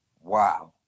wow